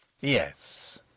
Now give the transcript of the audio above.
Yes